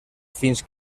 fins